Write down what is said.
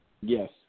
Yes